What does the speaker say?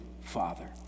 father